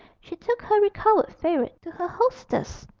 she took her recovered favourite to her hostess.